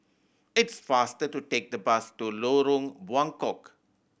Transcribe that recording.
it's faster to take the bus to Lorong Buangkok